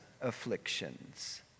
afflictions